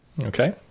Okay